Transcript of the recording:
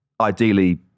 ideally